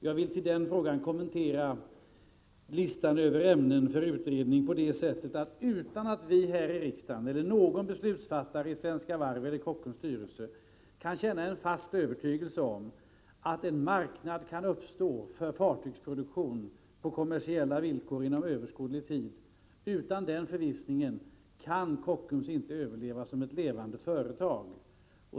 Jag vill också kommentera listan över ämnen för utredning på följande sätt: Om inte vi här i riksdagen eller beslutsfattare i Svenska Varv eller Kockums styrelse kan känna en fast övertygelse om att en marknad kan uppstå för fartygsproduktion på kommersiella villkor inom överskådlig tid, kan Kockums inte överleva som ett levande företag.